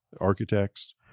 architects